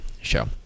show